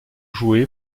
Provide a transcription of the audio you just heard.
joué